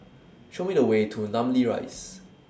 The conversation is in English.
Show Me The Way to Namly Rise